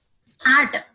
Start